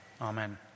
Amen